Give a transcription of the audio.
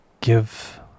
give